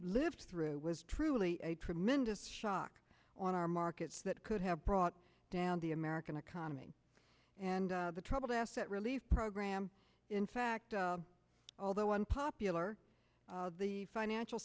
lived through was truly a tremendous shock on our markets that could have brought down the american economy and the troubled asset relief program in fact although unpopular the financial